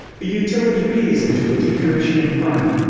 the utility pays into a decommissioning fund.